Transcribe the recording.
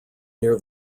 near